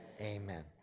Amen